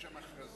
יש שם הכרזה,